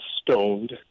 stoned